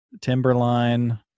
Timberline